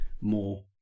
more